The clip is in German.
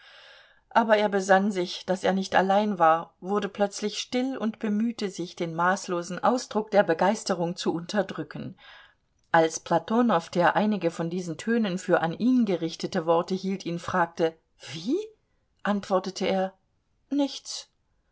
aber er besann sich daß er nicht allein war wurde plötzlich still und bemühte sich den maßlosen ausdruck der begeisterung zu unterdrücken als platonow der einige von diesen tönen für an ihn gerichtete worte hielt ihn fragte wie antwortete er nichts